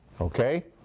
Okay